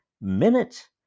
minute